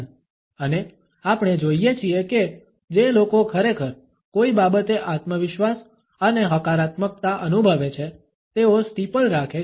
અને આપણે જોઈએ છીએ કે જે લોકો ખરેખર કોઈ બાબતે આત્મવિશ્વાસ અને હકારાત્મકતા અનુભવે છે તેઓ સ્ટીપલ રાખે છે